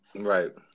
right